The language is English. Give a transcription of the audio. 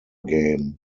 game